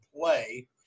play